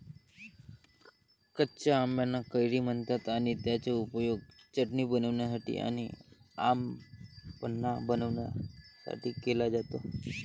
कच्या आंबाना कैरी म्हणतात आणि त्याचा उपयोग चटणी बनवण्यासाठी आणी आम पन्हा बनवण्यासाठी केला जातो